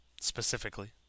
Specifically